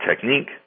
technique